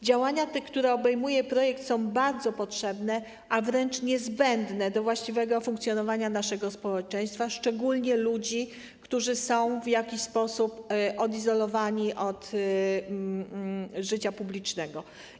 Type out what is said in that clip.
Działania, które obejmuje projekt, są bardzo potrzebne, wręcz niezbędne do właściwego funkcjonowania naszego społeczeństwa, szczególnie ludzi, którzy są w jakiś sposób odizolowani od życia publicznego.